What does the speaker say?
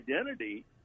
identity